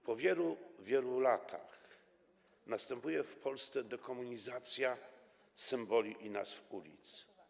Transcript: Po wielu, wielu latach następuje w Polsce dekomunizacja symboli i nazw ulic.